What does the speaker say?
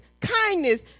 kindness